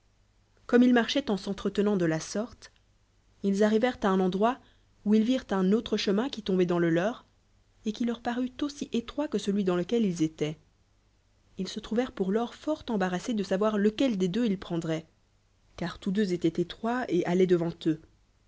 comme ils marchoient en s'entretenant de la sorte ils arrivèrent à un endroit où ils virent tu antre chemin qui tomboit dans le leur et qui leur parut aussi étroit qv celui dans lequel ils étoient ils se trouvèrent pour lors fort embarrassés de savoir lequeldes deux ils preiadi oient car tous deux étoient étroits et alloicnt devant eux